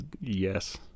Yes